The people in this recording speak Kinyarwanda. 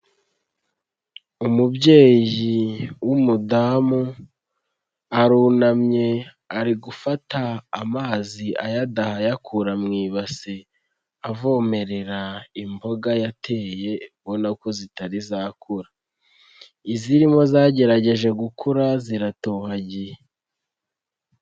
Umubyeyi w'umudamu arunamye ari gufata amazi ayadaha ayakura mu ibasi avomerera imboga yateye ubona ko zitari zakura, izirimo zagerageje gukura ziratohagiye.